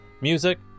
music